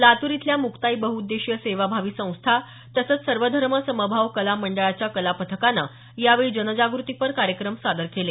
लातूर इथल्या मुक्ताई बहउद्देशीय सेवा भावी संस्था तसंच सर्वधर्म समभाव कला मंडळाच्या कलापथकानं यावेळी जनजागृतीपर कार्यक्रम सादर केले